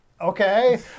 Okay